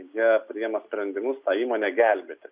jie priima sprendimus tą įmonę gelbėti